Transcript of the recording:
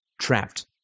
trapped